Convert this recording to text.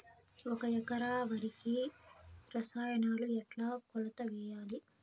ఒక ఎకరా వరికి రసాయనాలు ఎట్లా కొలత వేయాలి?